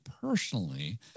personally